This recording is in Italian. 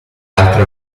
altre